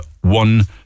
one